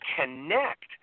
connect